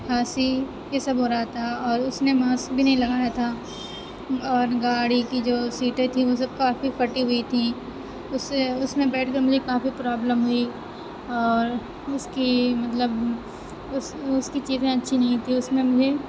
کھانسی یہ سب ہو رہا تھا اور اُس نے ماسک بھی نہیں لگایا تھا اور گاڑی کی جو سیٹیں تھیں وہ سب کافی پھٹی ہوئی تھیں اُس سے اُس میں بیٹھ کر مجھے کافی پرابلم ہوئی اور اُس کی مطلب اُس اُس کی سیٹیں اچھی نہیں تھیں اُس میں مجھے